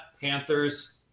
Panthers